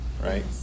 right